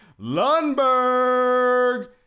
Lundberg